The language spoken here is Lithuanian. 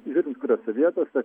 žiūrint kuriose vietose